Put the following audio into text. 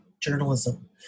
journalism